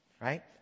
right